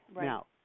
Now